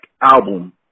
album